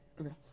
Okay